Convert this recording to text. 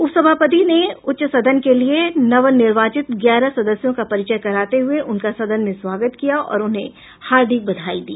उप सभापति ने उच्च सदन के लिए नवनिर्वाचित ग्यारह सदस्यों का परिचय कराते हुए उनका सदन में स्वागत किया और उन्हें हार्दिक बधाई दी